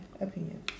opinion